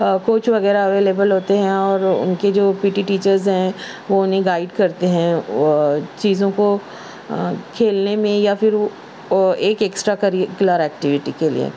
coach وغیرہ available ہوتے ہیں اور ان کی جو پی ٹی ٹیچرز ہیں وہ انہیں گائڈ کرتے ہیں وہ چیزوں کو کھیلنے میں یا پھر ایک ایکسٹرا کلر ایکٹیویٹی کے لیے